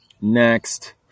Next